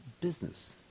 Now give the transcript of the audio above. business